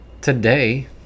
today